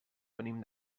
venim